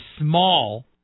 small